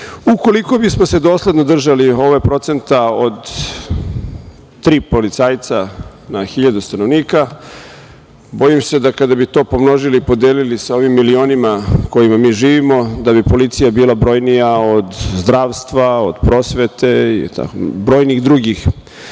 Ukoliko bismo se dosledno držali ovog procenta od tri policajca na hiljadu stanovnika, bojim se da kada bi to pomnožili i podelili sa ovim milionima kojima mi živimo, da bi policija bila brojnija od zdravstva, od prosvete i brojnih drugih